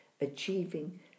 achieving